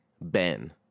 Ben